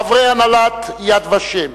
חברי הנהלת "יד-ושם",